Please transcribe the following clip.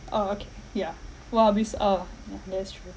oh okay ya one of is uh ya that's true